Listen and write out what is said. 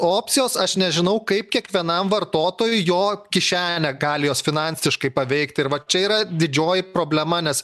opcijos aš nežinau kaip kiekvienam vartotojui jo kišenę gali jos finansiškai paveikti ir va čia yra didžioji problema nes